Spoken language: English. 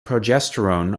progesterone